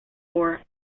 for